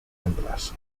hembras